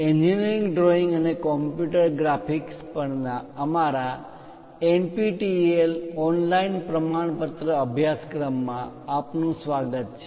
engineering drawing અને computer graphics પરના અમારા એનપીટીઈએલ ઓનલાઇન પ્રમાણપત્ર અભ્યાસક્રમ માં આપનું સ્વાગત છે